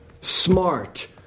smart